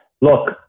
Look